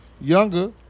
younger